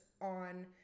on